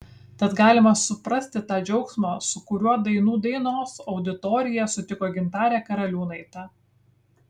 tad galima suprasti tą džiaugsmą su kuriuo dainų dainos auditorija sutiko gintarę karaliūnaitę